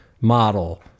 model